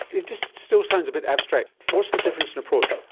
it just still sounds a bit abstract. what's the difference in approach?